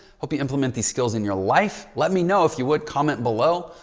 hope you implement these skills in your life. let me know if you would comment below.